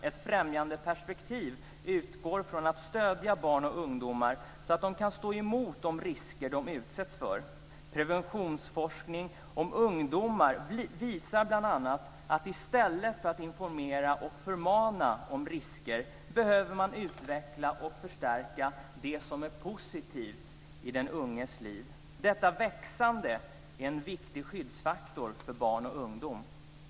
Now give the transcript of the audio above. Ett främjandeperspektiv utgår från att man ska stödja barn och ungdomar, så att de kan stå emot de risker som de utsätts för. Preventionsforskning om ungdomar visar bl.a. att man i stället för att informera och förmana om risker behöver utveckla och förstärka det som är positivt i den unges liv. Detta växande är en viktig skyddsfaktor för barn och ungdomar.